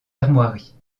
armoiries